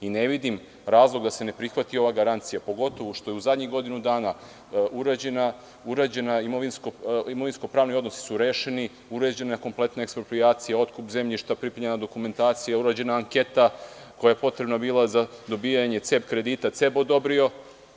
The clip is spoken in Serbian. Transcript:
Ne vidim razlog da se ne prihvati ova garancija, pogotovo što su u zadnjih godinu danarešeni imovinsko-pravni odnosi, urađena je kompletna eksproprijacija, otkup zemljišta, pripremljena je dokumentacija, urađena je anketa koja je bila potrebna za dobijanje CEB kredita, CEB odobrio.